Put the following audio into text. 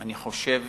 אני חושב